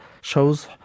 shows